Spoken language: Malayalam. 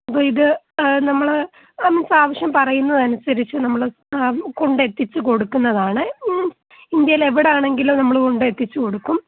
അപ്പോൾ ഇത് നമ്മൾ നമുക്കാവശ്യം പറയുന്നതനുസരിച്ച് നമ്മൾ കൊണ്ടെത്തിച്ചു കൊടുക്കുന്നതാണ് ഇന്ത്യയിൽ എവിടാണെങ്കിലും നമ്മൾ കൊണ്ടെത്തിച്ച് കൊടുക്കും